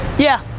yeah.